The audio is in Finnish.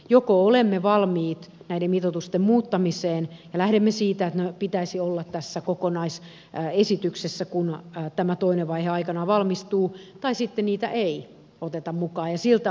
joko olemme valmiit näiden mitoitusten muuttamiseen ja lähdemme siitä että niiden pitäisi olla tässä kokonaisesityksessä kun tämä toinen vaihe aikanaan valmistuu tai sitten niitä ei oteta mukaan